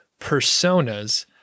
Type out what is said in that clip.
personas